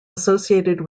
associated